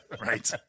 Right